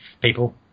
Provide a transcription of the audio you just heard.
people